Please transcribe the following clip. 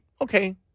Okay